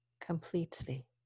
completely